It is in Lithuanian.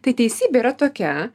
tai teisybė yra tokia